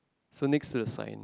so next to the sign